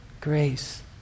Grace